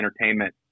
entertainment